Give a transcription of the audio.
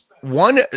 One